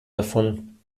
davon